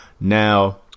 Now